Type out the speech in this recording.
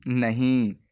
نہیں